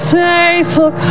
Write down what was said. faithful